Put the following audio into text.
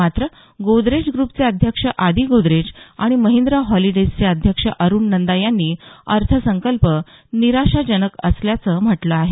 मात्र गोदरेज ग्रुपचे अध्यक्ष आदी गोदरेज आणि महिंद्रा हॉलिडेजचे अध्यक्ष अरुण नंदा यांनी अर्थसंकल्प निराशाजनक असल्याचं म्हटलं आहे